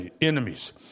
enemies